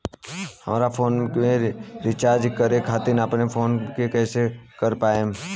हमार फोन के रीचार्ज करे खातिर अपने फोन से कैसे कर पाएम?